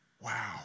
Wow